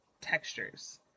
textures